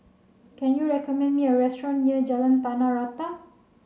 can you recommend me a restaurant near Jalan Tanah Rata